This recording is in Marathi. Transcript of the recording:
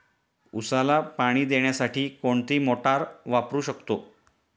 उसाला पाणी देण्यासाठी कोणती मोटार वापरू शकतो?